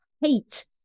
hate